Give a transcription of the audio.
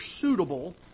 suitable